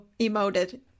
emoted